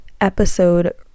episode